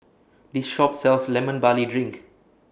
This Shop sells Lemon Barley Drink